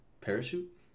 Parachute